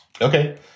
Okay